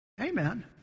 Amen